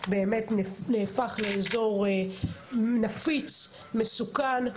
נהפך לאזור נפיץ ומסוכן.